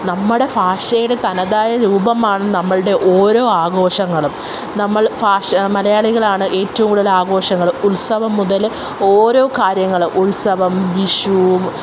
നമ്മുടെ ഭാഷയുടെ തനതായ രൂപമാണ് നമ്മളുടെ ഓരോ ആഘോഷങ്ങളും നമ്മള് ഭാഷ മലയാളികളാണ് ഏറ്റോം കൂടുതൽ ആഘോഷങ്ങൾ ഉത്സവം മുതൽ ഓരോ കാര്യങ്ങളും ഉത്സവം വിഷു